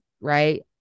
right